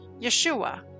Yeshua